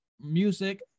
music